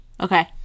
okay